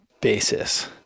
basis